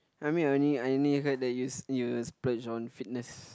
I mean I only I only heard that you you splurge on fitness